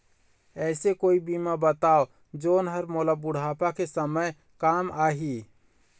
ऐसे कोई बीमा बताव जोन हर मोला बुढ़ापा के समय काम आही?